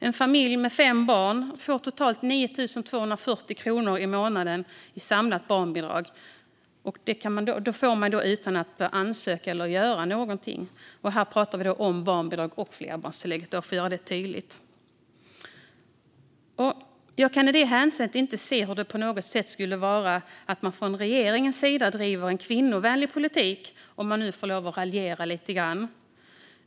En familj med fem barn får totalt 9 240 kronor i månaden i samlat barnbidrag varje månad, och detta får man utan att behöva ansöka eller göra någonting. Här pratar vi då om barnbidrag och flerbarnstillägg - för att göra det tydligt. Jag kan i det hänseendet inte se hur detta på något sätt skulle vara en kvinnovänlig politik som man driver från regeringens sida, om jag nu får lov att raljera lite grann.